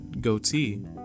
goatee